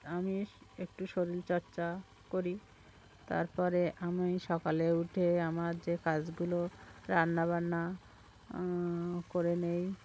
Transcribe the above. আমি একটু শরীরচর্চা করি তার পরে আমি সকালে উঠে আমার যে কাজগুলো রান্না বান্না করে নিই